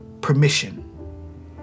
permission